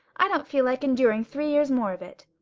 i don't feel like enduring three years more of it.